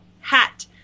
hat